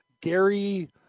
Gary